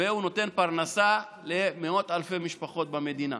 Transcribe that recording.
ונותן פרנסה למאות אלפי משפחות במדינה,